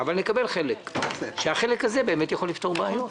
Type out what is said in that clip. אבל נקבל חלק, שהחלק הזה באמת יכול לפתור בעיות.